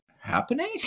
happening